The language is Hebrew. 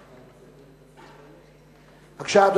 בבקשה,